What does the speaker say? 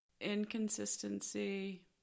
Inconsistency